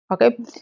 okay